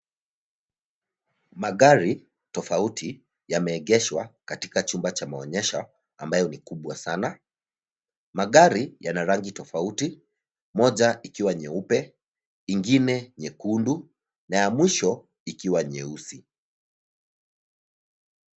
Magari tofauti yameegeshwa katika chumba cha maonyesho, ambayo ni kubwa sana. Magari yana rangi tofauti. Moja ikiwa nyeupe, ingine nyekundu, na ya mwisho ikiwa nyeusi.